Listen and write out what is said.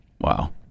Wow